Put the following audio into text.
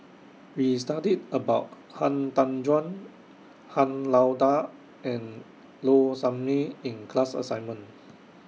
We studied about Han Tan Juan Han Lao DA and Low Sanmay in The class assignment